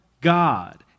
God